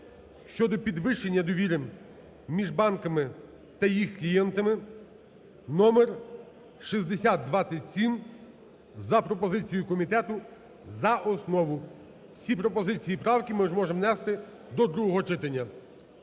щодо підвищення довіри між банками та їх клієнтами (номер 6027) за пропозицією комітету за основу. Всі пропозиції і правки ми зможемо внести до другого читання.